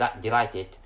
delighted